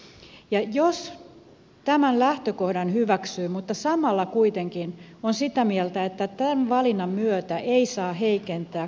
jos tämän lähtökohdan hyväksyy mutta samalla kuitenkin on sitä mieltä että tämän valinnan myötä ei saa heikentää demokratiaa toistan uudelleen